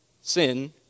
sin